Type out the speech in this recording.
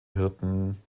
hirten